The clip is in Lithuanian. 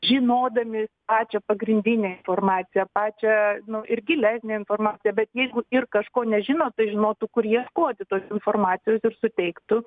žinodami pačią pagrindinę informaciją pačią nu ir gilesnę informaciją bet jeigu ir kažko nežino tai žinotų kur ieškoti tos informacijos ir suteiktų